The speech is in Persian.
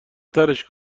ترِش